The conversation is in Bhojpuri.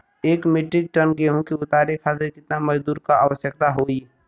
एक मिट्रीक टन गेहूँ के उतारे खातीर कितना मजदूर क आवश्यकता होई?